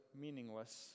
meaningless